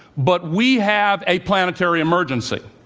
but we have a planetary emergency.